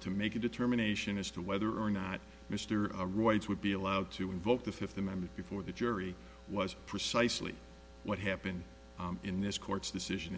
to make a determination as to whether or not mr royce would be allowed to invoke the fifth amendment before the jury was precisely what happened in this court's decision